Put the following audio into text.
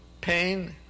pain